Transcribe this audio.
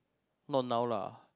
not now lah